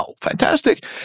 Fantastic